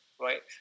right